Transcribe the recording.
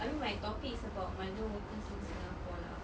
I mean my topic is about migrant workers in Singapore lah